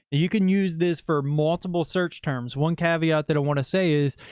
you can use this for multiple search terms. one caveat that i want to say is,